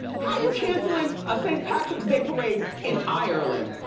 how you cancelin' a saint patrick's day parade in ireland?